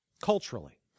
Culturally